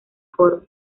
coro